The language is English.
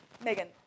Megan